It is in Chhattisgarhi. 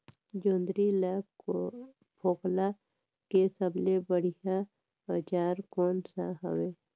जोंदरी ला फोकला के सबले बढ़िया औजार कोन सा हवे?